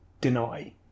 deny